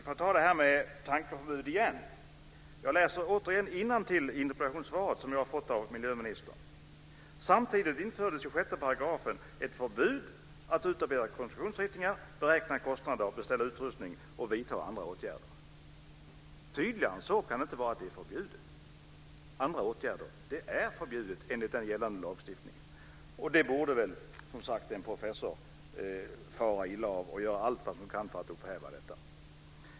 Fru talman! Vi får ta frågan om tankeförbud igen. Av interpellationssvaret från miljöministern framgår igen: "Samtidigt infördes i 6 § ett förbud att utarbeta konstruktionsritningar, beräkna kostnader, beställa utrustning eller vidta andra sådana förberedande åtgärder ." Tydligare än så kan det inte vara. Det innebär ett förbud. Det är förbjudet enligt den gällande lagstiftningen. Det borde väl en professor fara illa av och vilja göra allt för att upphäva.